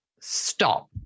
stop